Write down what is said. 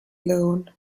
loan